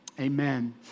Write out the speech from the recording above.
Amen